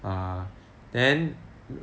err then